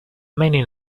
many